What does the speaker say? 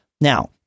now